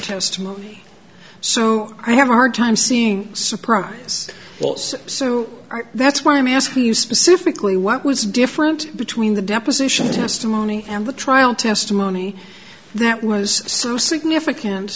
testimony so i have a hard time seeing surprise wells so that's why i'm asking you specifically what was different between the deposition testimony and the trial testimony that was so significant